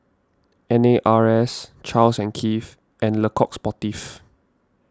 N A R S Charles and Keith and Le Coq Sportif